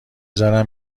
زارن